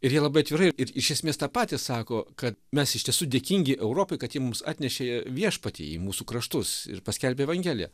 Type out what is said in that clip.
ir jie labai atvirai ir iš esmės tą patį sako kad mes iš tiesų dėkingi europai kad ji mums atnešė viešpatį į mūsų kraštus ir paskelbė evangeliją